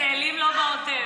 צאלים לא בעוטף.